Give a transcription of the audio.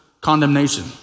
condemnation